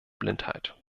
blindheit